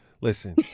listen